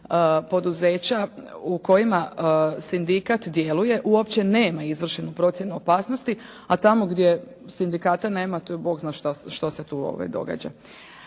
poduzeća u kojima sindikat djeluje uopće nema izvršenu procjenu opasnosti, a tamo gdje sindikata nema to je bog zna što se tu događa.